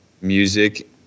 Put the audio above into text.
music